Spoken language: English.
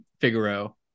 Figaro